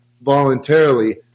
voluntarily